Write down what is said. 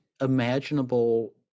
imaginable